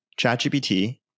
ChatGPT